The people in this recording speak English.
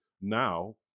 now